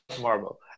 marble